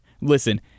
Listen